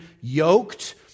yoked